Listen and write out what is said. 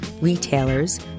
retailers